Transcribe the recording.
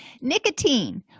Nicotine